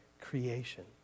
creation